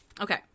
okay